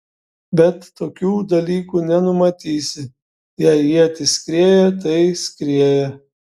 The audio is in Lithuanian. bet tokių dalykų nenumatysi jei ietis skrieja tai skrieja